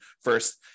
first